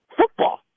football